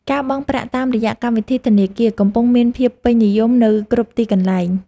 ការបង់ប្រាក់តាមរយៈកម្មវិធីធនាគារ កំពុងមានភាពពេញនិយមនៅគ្រប់ទីកន្លែង។